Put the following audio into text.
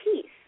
peace